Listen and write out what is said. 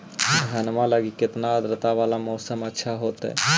धनमा लगी केतना आद्रता वाला मौसम अच्छा होतई?